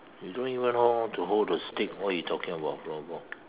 you don't even know how to hold the stick what you talking about floorball